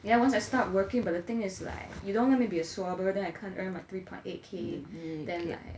yeah once I start working but the thing is like you don't let me be a swabber then I can't earn my three point eight K then like